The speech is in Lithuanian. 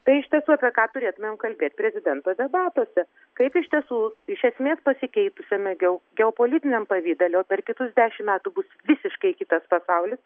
tai iš tiesų apie ką turėtumėm kalbėt prezidento debatuose kaip iš tiesų iš esmės pasikeitusiame geo geopolitiniam pavidale o per kitus dešimt metų bus visiškai kitas pasaulis